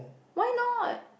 why not